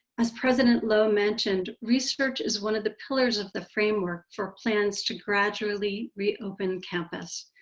as president loh mentioned, research is one of the pillars of the framework for plans to gradually reopen campus.